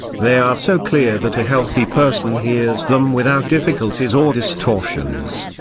they are so clear that a healthy person hears them without difficulties or distortions.